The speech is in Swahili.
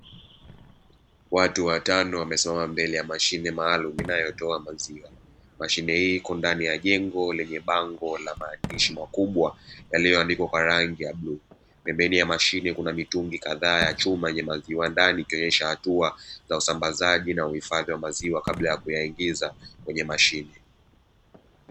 Watu watano wamesimama mbele ya mashine maalumu inayotoa maziwa, mashine hii iko ndani ya jengo lenye bango la maandishi makubwa yaliyo andikwa kwa rangi ya bluu, pembeni ya mashine kuna mitungi kadhaa ya chuma yenye maziwa ndani ikionyesha hatua za usambazaji na uhifadhi wa maziwa kabla ya kuyaingiza kwenye mashine.